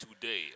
today